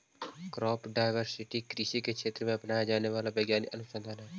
crop diversity कृषि के क्षेत्र में अपनाया जाने वाला वैज्ञानिक अनुसंधान हई